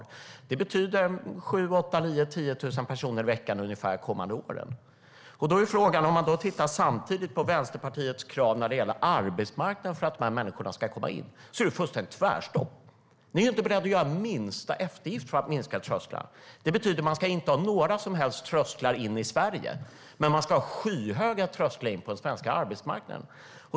Det betyder ungefär 7 000-10 000 personer i veckan de kommande åren. Om man då samtidigt tittar på Vänsterpartiets krav när det gäller de här människornas möjlighet att komma in på arbetsmarknaden är det fullständigt tvärstopp. Ni är inte beredda att göra minsta eftergift för att sänka trösklarna. Man ska inte ha några som helst trösklar in i Sverige, men man ska ha skyhöga trösklar in på den svenska arbetsmarknaden.